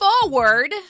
forward